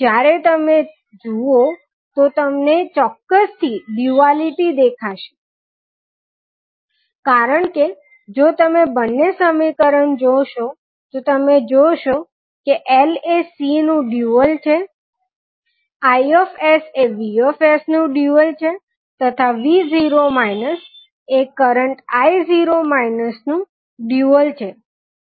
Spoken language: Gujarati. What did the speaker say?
જયારે તમે જુઓ તો તમને ચોક્કસથી ડ્યુઆલીટી દેખાશે કારણ કે જો તમે બંને સમીકરણ જોશો તો તમે જોશો કે L એ C નું ડ્યુઅલ Is એ Vs નું ડ્યુઅલ તથા v0 એ કરંટ i0 નું ડ્યુઅલ છે